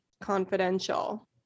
confidential